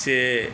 से